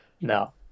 No